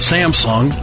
Samsung